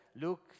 Luke